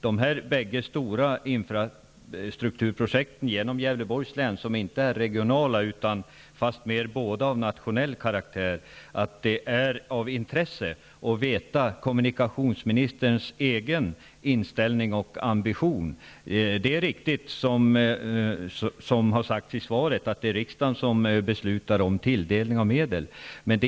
Det vore av intresse av få reda på kommunikationsministerns egen inställning och ambition beträffande de bägge stora infrastrukturprojekten genom Gävleborgs län, som inte är regionala utan fast mer av nationell karaktär. Det som står i svaret, att det är riksdagen som beslutar om tilldelning av medel, är riktigt.